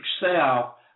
Excel